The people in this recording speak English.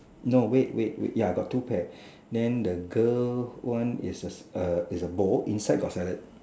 no wait wait wait ya I got two pear then the girl one is a is the bowl inside got salad